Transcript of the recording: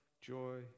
joy